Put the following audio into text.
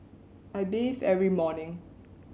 I bathe every morning